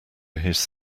his